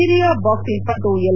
ಹಿರಿಯ ಬಾಕ್ಸಿಂಗ್ ಪಟು ಎಲ್